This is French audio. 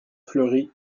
fleurie